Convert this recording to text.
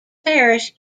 parish